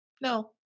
No